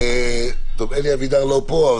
אלי אבידר לא פה,